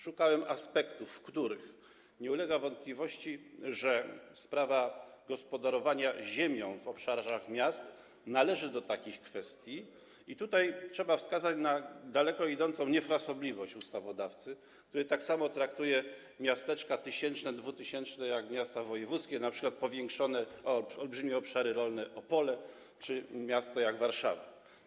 Szukałem aspektów, co do których nie ulega wątpliwości, że sprawa gospodarowania ziemią w obszarach miast należy do takich kwestii, i tutaj trzeba wskazać na daleko idącą niefrasobliwość ustawodawcy, który tak samo traktuje miasteczka liczące 1–2 tys. mieszkańców jak miasta wojewódzkie, np. powiększone o olbrzymie obszary rolne Opole, czy miasto takie jak Warszawa.